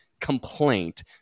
complaint